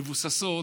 מבוססות,